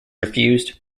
refused